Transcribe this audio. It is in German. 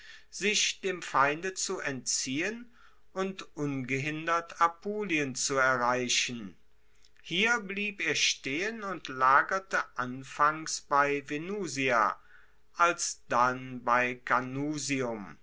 sich dem feinde zu entziehen und ungehindert apulien zu erreichen hier blieb er stehen und lagerte anfangs bei venusia alsdann bei